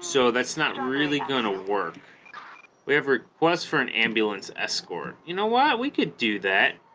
so that's not really gonna work whoever quest for an ambulance escort you know why we could do that